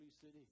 city